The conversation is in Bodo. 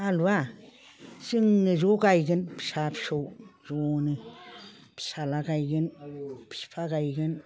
आलुआ जोंनो ज' गायगोन फिसा फिसौ जनो फिसाज्ला गायगोन बिफा गायगोन